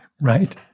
right